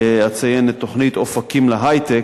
אציין את תוכנית "אופקים להיי-טק",